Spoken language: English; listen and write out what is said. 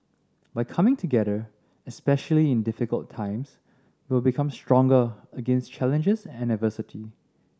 by coming together especially in difficult times we will become stronger against challenges and adversity